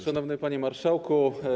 Szanowny Panie Marszałku!